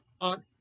on